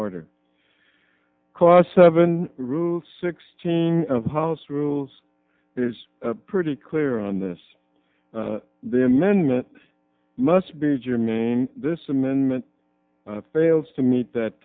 order cost seven rule sixteen of house rules is pretty clear on this the amendment must be germane this amendment fails to meet that